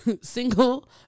single